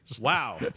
Wow